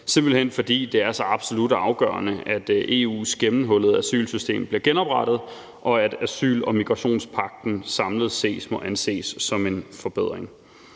simpelt hen fordi det er så absolut afgørende, at EU's gennemhullede asylsystem bliver genoprettet, og fordi asyl- og migrationspagten samlet set må anses som en forbedring.